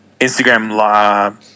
Instagram